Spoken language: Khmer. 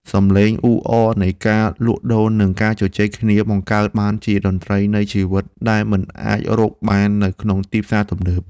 សំឡេងអ៊ូអរនៃការលក់ដូរនិងការជជែកគ្នាបង្កើតបានជាតន្ត្រីនៃជីវិតដែលមិនអាចរកបាននៅក្នុងផ្សារទំនើបឡើយ។